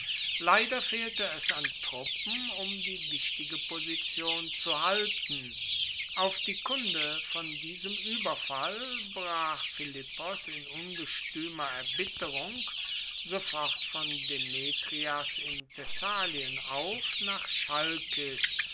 leider fehlte es an truppen um die wichtige position zu halten auf die kunde von diesem ueberfall brach philippos in ungestuemer erbitterung sofort von demetrias in thessalien auf nach chalkis